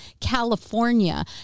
California